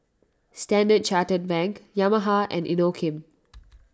Standard Chartered Bank Yamaha and Inokim